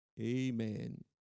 Amen